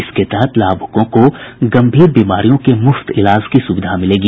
इसके तहत लाभुकों को गंभीर बीमारियों के मुफ्त इलाज की सुविधा मिलेगी